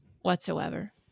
whatsoever